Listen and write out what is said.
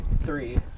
Three